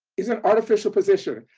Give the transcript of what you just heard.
is an artificial position?